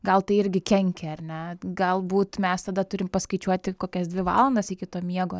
gal tai irgi kenkia ar ne galbūt mes tada turim paskaičiuoti kokias dvi valandas iki to miego ar ne